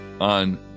on